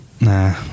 Nah